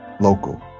local